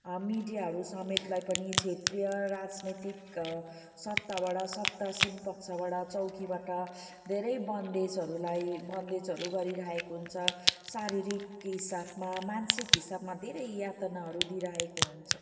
मिडियाहरूसमेतलाई पनि क्षेत्रीय राजनीतिक सत्ताबाट सत्तासीन पक्षबाट चौकीबाट धेरै बन्देजहरूलाई बन्देजहरू गरिरहेको हुन्छ शारीरिक हिसापमा मानसिक हिसापमा धेरै यातनाहरू दिइरहेको हुन्छ